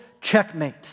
Checkmate